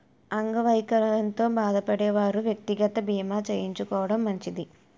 అంగవైకల్యంతో బాధపడే వారు వ్యక్తిగత బీమా చేయించుకోవడం మంచిది